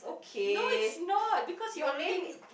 no is not because you already